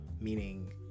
meaning